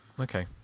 Okay